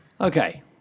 Okay